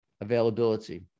availability